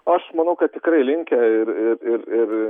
aš manau kad tikrai linkę ir ir ir ir